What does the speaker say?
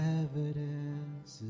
evidence